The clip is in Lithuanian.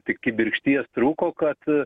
tik kibirkšties trūko kad